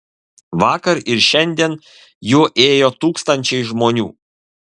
vakar ir šiandien juo ėjo tūkstančiai žmonių